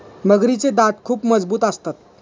मगरीचे दात खूप मजबूत असतात